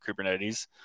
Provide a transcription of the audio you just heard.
Kubernetes